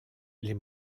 les